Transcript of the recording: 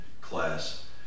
class